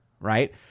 right